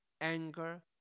anger